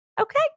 Okay